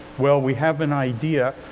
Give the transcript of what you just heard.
well, we have an idea.